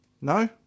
No